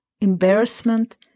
embarrassment